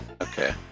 okay